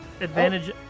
Advantage